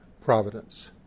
providence